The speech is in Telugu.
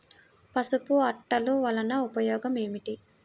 పసుపు అట్టలు వలన ఉపయోగం ఏమిటి?